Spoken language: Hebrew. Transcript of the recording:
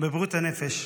בבריאות הנפש.